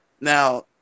Now